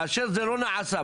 כאשר זה לא נעשה,